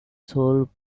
sole